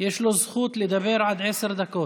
יש לו זכות לדבר עד עשר דקות.